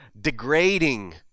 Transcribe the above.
degrading